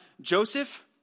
Joseph